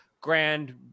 grand